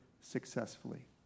successfully